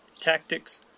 tactics